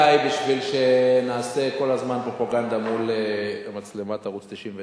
הנושא רציני מדי בשביל שנעשה כל הזמן פרופגנדה מול מצלמת ערוץ-99.